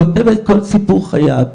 כותב את כל סיפור חייו,